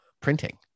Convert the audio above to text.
printing